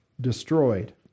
destroyed